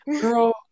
Girl